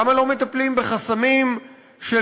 למה לא מטפלים בחסמים של,